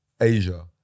Asia